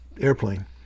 airplane